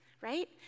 right